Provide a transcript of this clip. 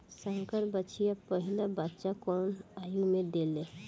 संकर बछिया पहिला बच्चा कवने आयु में देले?